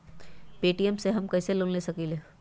Paytm से हम कईसे लोन ले सकीले?